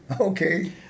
Okay